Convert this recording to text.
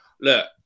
Look